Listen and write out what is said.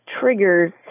triggers